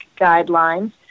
guidelines